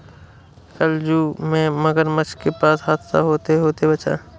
कल जू में मगरमच्छ के पास हादसा होते होते बचा